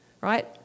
right